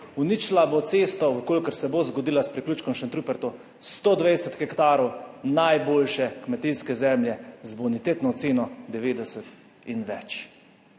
uničila bo cesto, v kolikor se bo zgodila s priključkom v Šentrupertu 120 hektarjev najboljše kmetijske zemlje z bonitetno oceno devetdeset